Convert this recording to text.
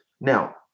now